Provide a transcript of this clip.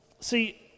see